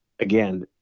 Again